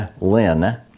Lin